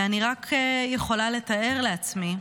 ואני יכולה רק לתאר לעצמי,